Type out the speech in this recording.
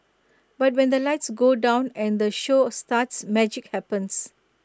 but when the lights go down and the show starts magic happens